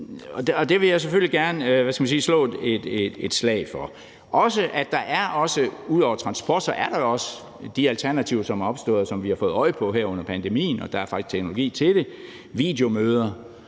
Og det vil jeg selvfølgelig gerne slå et slag for. Jeg vil også slå et slag for, at der udover transport jo også er de alternativer, som er opstået, og som vi har fået øje på her under pandemien. Der er teknologi til det med videomøder,